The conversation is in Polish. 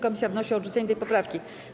Komisja wnosi o odrzucenie tej poprawki.